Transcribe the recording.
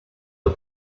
the